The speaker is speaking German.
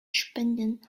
spenden